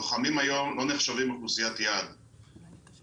לוחמים היום לא נחשבים אוכלוסיית יעד, בכלל.